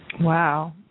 Wow